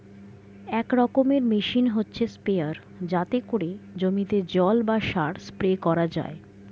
এক রকমের মেশিন হচ্ছে স্প্রেয়ার যাতে করে জমিতে জল বা সার স্প্রে করা যায়